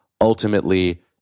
ultimately